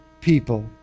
people